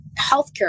healthcare